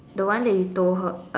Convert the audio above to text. the one that you told her